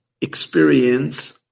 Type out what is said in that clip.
experience